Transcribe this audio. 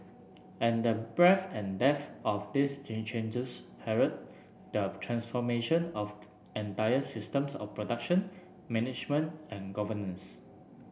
and the breadth and depth of these changes herald the transformation of entire systems of production management and governance